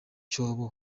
cyobo